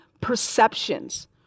perceptions